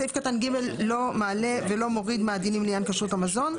סעיף קטן (ג) לא מעלה ולא מוריד מהדינים לעניין כשרות המזון.